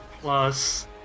plus